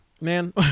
man